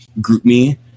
GroupMe